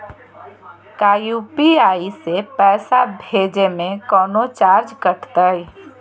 का यू.पी.आई से पैसा भेजे में कौनो चार्ज कटतई?